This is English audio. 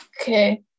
Okay